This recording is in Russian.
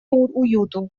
уюту